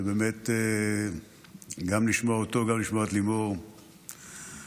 שבאמת גם לשמוע אותו וגם לשמוע את לימור זה מרגש,